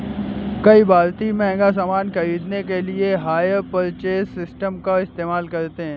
कई भारतीय महंगे सामान खरीदने के लिए हायर परचेज सिस्टम का इस्तेमाल करते हैं